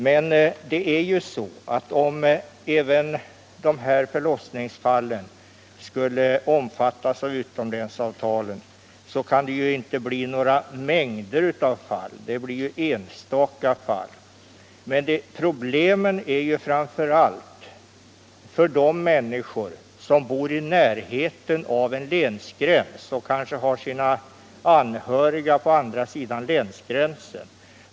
Men om även de här förlossningsfallen skulle omfattas av utomlänsavtalet kan det inte bli några mängder av fall — endast några enstaka. Problemen är aktuella framför allt för de människor som bor i närheten av en länsgräns och kanske har sina anhöriga på andra sidan den länsgränsen.